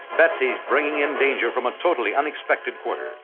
betsy's bringing in danger from a totally unexpected quarter,